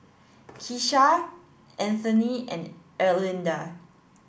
Keesha Anthoney and Erlinda